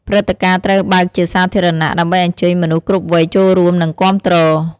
ព្រឹត្តិការណ៍ត្រូវបើកជាសាធារណៈ ដើម្បីអញ្ជើញមនុស្សគ្រប់វ័យចូលរួមនិងគាំទ្រ។